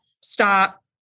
Stop